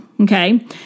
okay